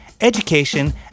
education